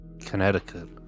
Connecticut